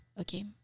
Okay